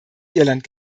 irland